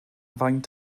faint